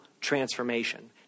transformation